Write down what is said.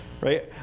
Right